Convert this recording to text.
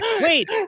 Wait